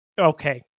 okay